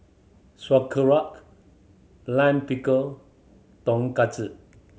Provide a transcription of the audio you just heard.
Sauerkraut Lime Pickle Tonkatsu